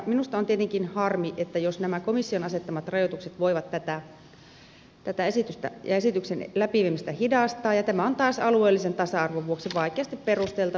minusta on tietenkin harmi jos nämä komission asettamat rajoitukset voivat tätä esitystä ja esityksen läpiviemistä hidastaa ja tämä on taas alueellisen tasa arvon vuoksi vaikeasti perusteltavissa